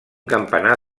campanar